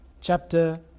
chapter